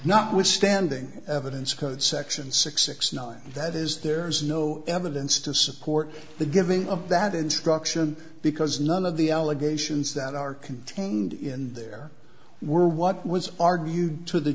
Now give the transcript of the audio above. notwithstanding evidence code section six six nine that is there's no evidence to support the giving of that instruction because none of the allegations that are contained in there were what was argued to the